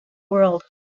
world